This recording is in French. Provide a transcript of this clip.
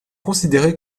considérée